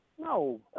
No